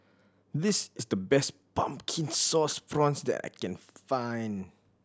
this is the best Pumpkin Sauce Prawns that I can find